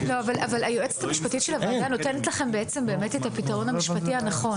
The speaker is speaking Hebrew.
היועצת המשפטית של הוועדה נותנת לכם פתרון משפטי נכון.